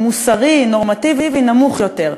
מוסרי, נורמטיבי, נמוך יותר.